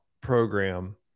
program